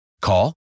Call